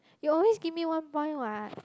you always give me one point what